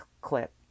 clip